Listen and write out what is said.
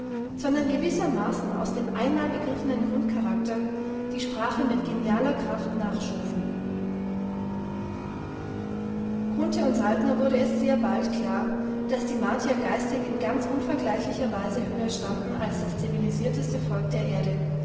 sondern gewissermaßen aus dem einmal begriffenen grundcharakter die sprache mit genialer kraft nachschufen grunthe und saltner wurde es sehr bald klar daß die martier geistig in ganz unvergleichlicher weise höher standen als das zivilisierteste volk der erde